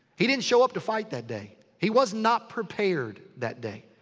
he didn't show up to fight that day. he was not prepared that day.